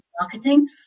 marketing